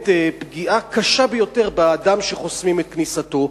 פגיעה קשה ביותר באדם שחוסמים את כניסתו.